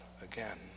again